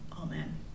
amen